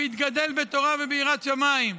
ויתגדל בתורה וביראת שמיים,